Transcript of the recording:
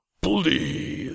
please